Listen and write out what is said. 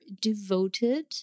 devoted